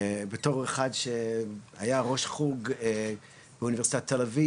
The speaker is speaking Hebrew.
בתור אחד שהיה ראש חוג באונ' תל אביב,